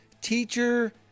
teacher